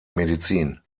medizin